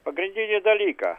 pagrindinį dalyką